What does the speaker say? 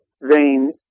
vein